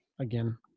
again